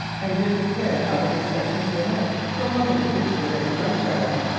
and didn't care how the discussion came out, so long as it didn't delay the lunch hour.